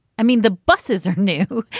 i mean, the buses are new,